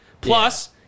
Plus